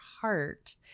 heart